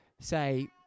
say